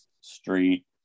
Street